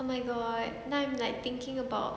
oh my god now I'm like thinking about